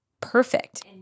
perfect